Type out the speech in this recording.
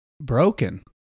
broken